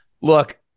Look